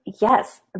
yes